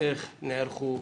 איך נערכו?